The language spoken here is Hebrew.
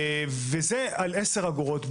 וזה על 10 אגורות בלבד.